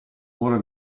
ora